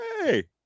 hey